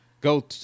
go